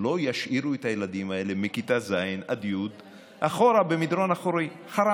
שלא ישאירו את הילדים האלה מכיתה ז' עד כיתה י' מאחור,